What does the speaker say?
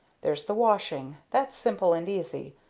there's the washing that's simple and easy.